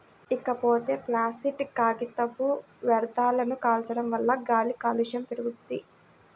ఇకపోతే ప్లాసిట్ కాగితపు వ్యర్థాలను కాల్చడం వల్ల గాలి కాలుష్యం పెరుగుద్ది